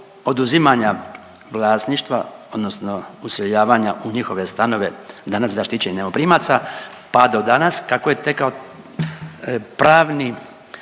oduzimanja vlasništva odnosno useljavanja u njihove stanove danas zaštićenih najmoprimaca, pa do danas kako je tekao pravni